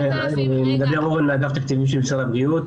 אני אמון על אגף התקציבים של משרד הבריאות,